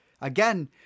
again